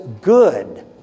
good